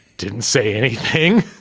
didn't say anything.